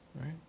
Right